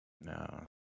No